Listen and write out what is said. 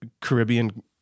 Caribbean